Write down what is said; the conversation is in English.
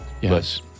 Yes